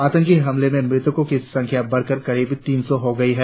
आंतकी हमलों में मृतकों की संख्या बढ़कर करीब तीन सौ हो गई है